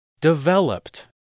Developed